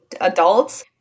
adults